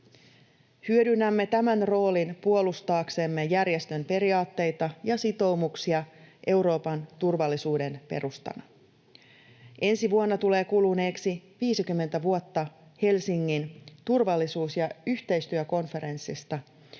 Hyödynnämme tämän roolin puolustaaksemme järjestön periaatteita ja sitoumuksia Euroopan turvallisuuden perustana. Ensi vuonna tulee kuluneeksi 50 vuotta Helsingin turvallisuus‑ ja yhteistyökonferenssista